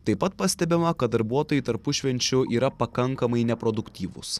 taip pat pastebima kad darbuotojai tarpušvenčiu yra pakankamai neproduktyvūs